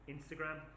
Instagram